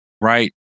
Right